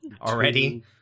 already